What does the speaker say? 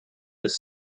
his